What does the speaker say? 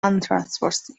untrustworthy